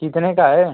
कितने का है